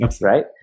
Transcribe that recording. Right